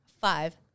Five